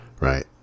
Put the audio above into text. Right